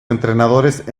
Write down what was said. entrenadores